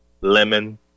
lemon